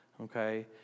Okay